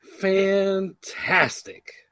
Fantastic